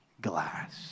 glass